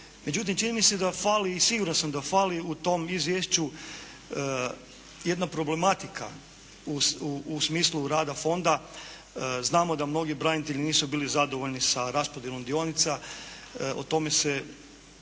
Međutim čini mi se da fali i siguran sam da fali u tom izvješću jedna problematika u smislu rada fonda. Znamo da mnogi branitelji nisu bili zadovoljni sa raspodjelom dionica, o tome se